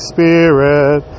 Spirit